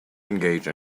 engage